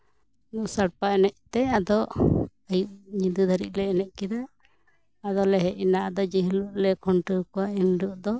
ᱥᱟᱲᱯᱟ ᱮᱱᱮᱡ ᱛᱮ ᱟᱫᱚ ᱟᱭᱩᱵ ᱧᱤᱫᱟᱹ ᱫᱷᱟᱹᱨᱤᱡ ᱞᱮ ᱮᱱᱮᱡ ᱠᱮᱫᱟ ᱟᱫᱚᱞᱮ ᱦᱮᱡ ᱮᱱᱟ ᱟᱫᱚ ᱡᱮ ᱦᱤᱞᱳᱜ ᱞᱮ ᱠᱷᱩᱱᱴᱟᱹᱣ ᱠᱚᱣᱟ ᱮᱱ ᱦᱤᱞᱳᱜ